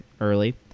early